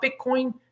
Bitcoin